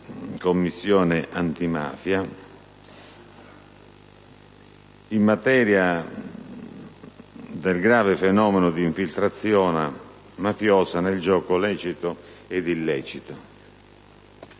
Commissione antimafia e trattano la materia del grave fenomeno delle infiltrazioni mafiose nel gioco lecito ed illecito.